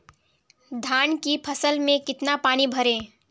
धान की फसल में कितना पानी भरें?